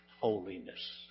holiness